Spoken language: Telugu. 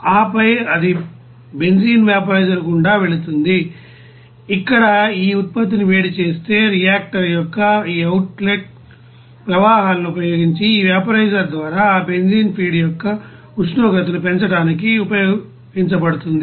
ఆపై అది బెంజీన్వాపో రైజర్ గుండా వెళుతుంది ఇక్కడ ఈ ఉత్పత్తిని వేడిచేస్తే రియాక్టర్ యొక్క ఈ అవుట్లెట్ ప్రవాహాలను ఉపయోగించి ఈ వాపోరైజర్ ద్వారా ఆ బెంజీన్ ఫీడ్ యొక్క ఉష్ణోగ్రతను పెంచడానికి ఉపయోగించబడుతుంది